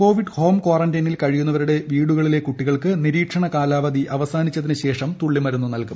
Covid home ക്വാറന്റൈനിൽ കഴിയുന്നവരുടെ വീടുകളിലെ കുട്ടികൾക്കു നിരീക്ഷണ കാലാവധി അവസാനിച്ചതിനുശേഷം തുള്ളിമരുന്ന് നൽകും